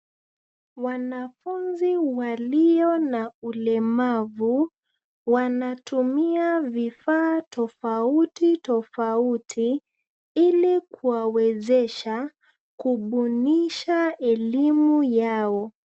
Wanafunzi walio na ulemavu wanatumia vifaa tofauti tofauti ili kuwawezesha kubunisha elimu yao.